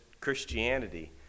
Christianity